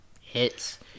hits